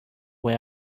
way